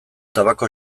tabako